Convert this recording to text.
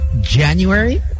January